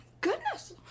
goodness